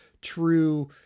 true